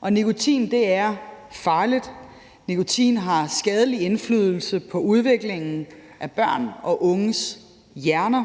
og nikotin er farligt. Nikotin har skadelig indflydelse på udviklingen af børn og unges hjerner,